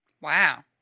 wow